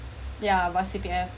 yeah about C_P_F